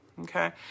Okay